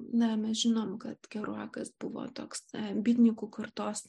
na mes žinom kad keruakas buvo toks bitnikų kartos